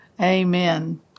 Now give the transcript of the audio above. Amen